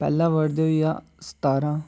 पैह्ला वर्ड होई गेआ सतारां